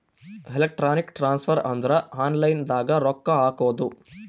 electronic transfer ಅಂದ್ರ online ದಾಗ ರೊಕ್ಕ ಹಾಕೋದು